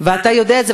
אתה יודע את זה.